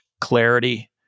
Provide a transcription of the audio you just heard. clarity